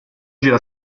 gira